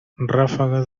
ráfagas